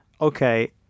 okay